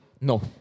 No